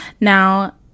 now